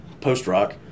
post-rock